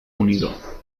unido